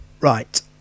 right